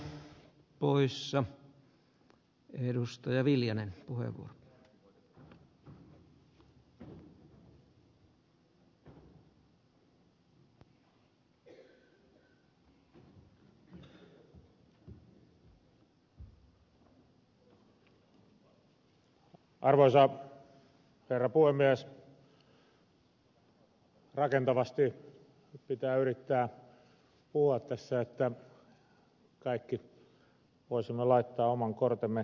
rakentavasti pitää yrittää puhua tässä että kaikki voisimme laittaa oman kortemme kekoon